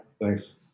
thanks